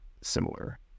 similar